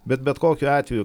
bet bet kokiu atveju